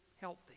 healthy